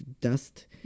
dust